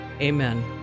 Amen